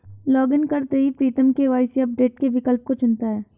login करते ही Pritam KYC update के विकल्प को चुनता है